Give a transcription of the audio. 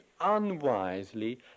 unwisely